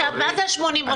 עכשיו, מה זה 80 רשויות?